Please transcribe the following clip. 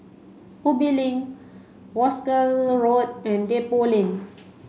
Ubi Link Wolskel Road and Depot Lane